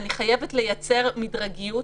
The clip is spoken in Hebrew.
אני חייבת לייצר מדרגיות.